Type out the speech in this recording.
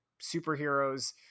superheroes